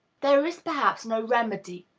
there is, perhaps, no remedy.